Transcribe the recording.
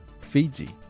Fiji